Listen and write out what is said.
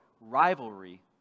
rivalry